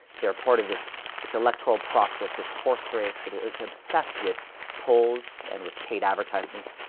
they are part of this, this electoral process, this horserace that is obsessed with polls and with paid advertisements.